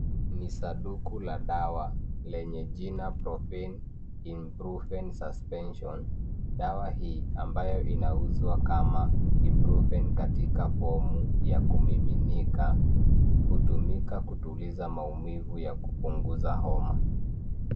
Ni sanduku la dawa lenye jina Propan In Brufen Suspension. Dawa hii, ambayo inauzwa kama Ibuprofen katika fomu ya kumiminika, hutumika kutuliza maumivu ya kupunguza homa.